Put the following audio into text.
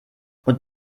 und